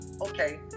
okay